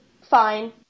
fine